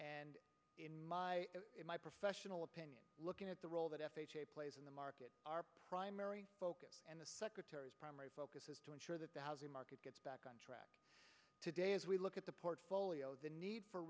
k in my in my professional opinion looking at the role that f h a plays in the market our primary focus and the secretary's primary focus is to ensure that the housing market gets back on track today as we look at the portfolio the need for